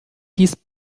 hieß